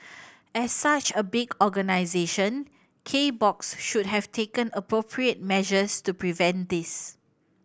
as such a big organisation K Box should have taken appropriate measures to prevent this